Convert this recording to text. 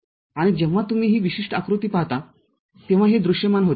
आणि जेव्हा तुम्ही ही विशिष्ट आकृती पाहता तेव्हा हे दृश्यमान होते